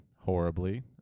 horribly